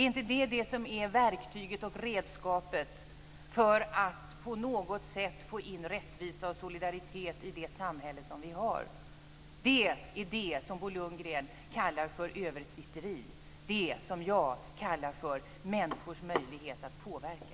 Är det inte det som är verktyget och redskapet för att på något sätt få in rättvisa och solidaritet i det samhälle som vi har? Det är detta som Bo Lundgren kallar för översitteri, det som jag kallar för människors möjlighet att påverka.